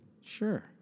Sure